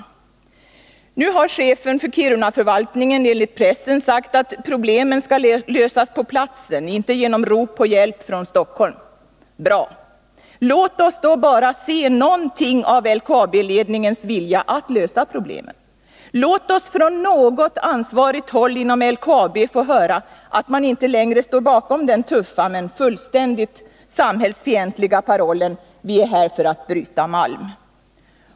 Enligt pressen har nu chefen för Kirunaförvaltningen sagt att problemen skall lösas på platsen, inte genom rop på hjälp från Stockholm. Bra! Låt oss då bara få se någonting av LKAB-ledningens vilja att lösa problemen! Låt oss från något ansvarigt håll inom LKAB få höra att man inte längre står bakom den tuffa men fullständigt samhällsfientliga parollen ”Vi är här för att bryta malm!”.